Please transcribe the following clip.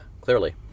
clearly